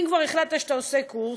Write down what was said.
אם כבר החלטת שאתה עושה קורס,